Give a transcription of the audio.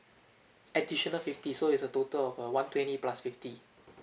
additional fifty so is a total of uh one twenty plus fifty